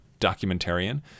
documentarian